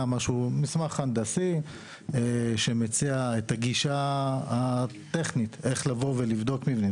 מדובר על מסמך הנדסי שמציע את הגישה הטכנית שאומרת איך לבדוק את המבנים.